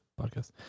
podcast